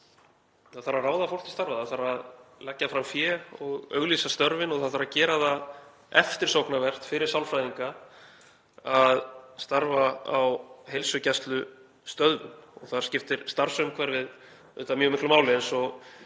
Það þarf að ráða fólk til starfa og það þarf að leggja fram fé og auglýsa störfin og það þarf að gera það eftirsóknarvert fyrir sálfræðinga að starfa á heilsugæslustöðvum. Þar skiptir starfsumhverfið auðvitað mjög miklu máli eins og